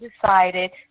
decided